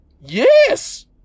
Yes